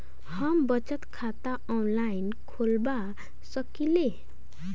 हम बचत खाता ऑनलाइन खोलबा सकलिये?